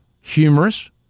humorous